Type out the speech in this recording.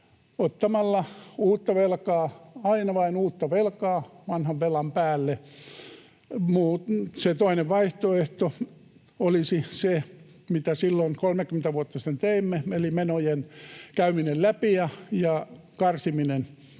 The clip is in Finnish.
ottamalla uutta velkaa, aina vain uutta velkaa vanhan velan päälle. Se toinen vaihtoehto olisi se, mitä silloin 30 vuotta sitten teimme, eli menojen käyminen läpi ja karsiminen.